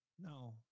No